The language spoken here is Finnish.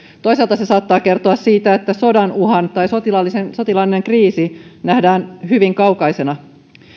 toisaalta se saattaa kertoa siitä että sodan uhka tai sotilaallinen kriisi nähdään hyvin kaukaisena